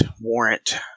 warrant